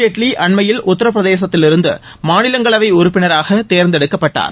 ஜேட்லி அண்மையில் உத்தர பிரதேசத்திலிருந்து மாநிலங்களவை உறுப்பினராக திரு அருண் தேர்ந்தெடுக்கப்பட்டார்